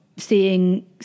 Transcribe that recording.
seeing